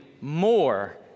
more